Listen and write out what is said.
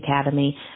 Academy